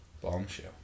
Bombshell